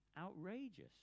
outrageous